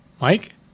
Mike